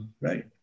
right